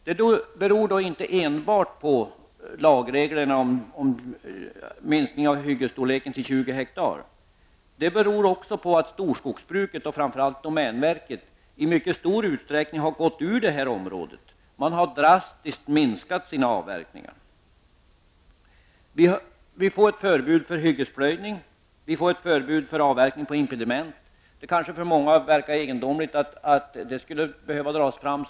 Det beror inte enbart på lagreglerna om minskningen av hyggesstorleken till 20 ha utan också på att storskogsbruket och, framför allt, domänverket i mycket stor utsträckning har lämnat området. Man har drastiskt minskat sina avverkningar. Dessutom får vi förbud mot hyggesplöjning och avverkning beträffande impediment. Många kanske tycker att det är egendomligt att det skall behöva tas upp.